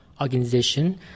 organization